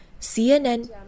CNN